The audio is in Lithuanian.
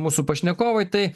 mūsų pašnekovai tai